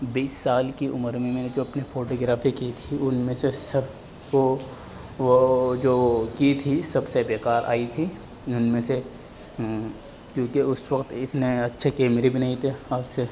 بیس سال کی عمر میں میں نے جو اپنی فوٹوگرافی کی تھی ان میں سے سب کو وہ جو کی تھی سب سے بے کار آئی تھی ان میں سے کیونکہ اس وقت اتنے اچھے کیمرے بھی نہیں تھے آج سے